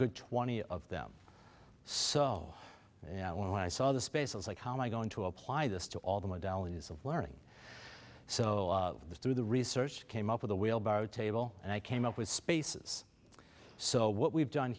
good twenty of them so you know when i saw the spaces like how am i going to apply this to all the modalities of learning so the through the research came up with a wheelbarrow table and i came up with spaces so what we've done